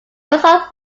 result